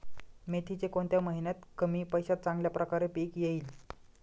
मेथीचे कोणत्या महिन्यात कमी पैशात चांगल्या प्रकारे पीक येईल?